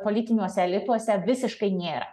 politiniuose lituose visiškai nėra